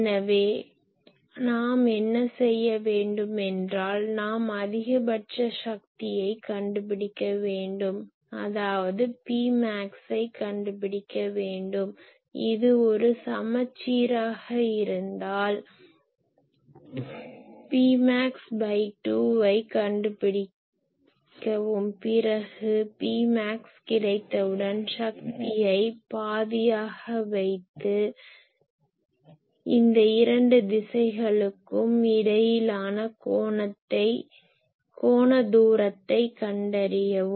எனவே நாம் என்ன செய்ய வேண்டும் என்றால் நாம் அதிகபட்ச சக்தியை கண்டுபிடிக்க வேண்டும் அதாவது Pmax ஐ கண்டுபிடிக்க வேண்டும் இது ஒரு சமச்சீராக இருந்தால் Pmax2 கண்டுபிடிக்கவும் பிறகு Pmax கிடைத்தவுடன் சக்தியை பாதியாக வைத்து இந்த இரண்டு திசைகளுக்கும் இடையிலான கோண தூரத்தைக் கண்டறியவும்